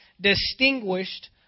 distinguished